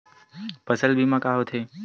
फसल बीमा का होथे?